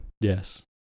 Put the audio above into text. Yes